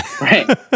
Right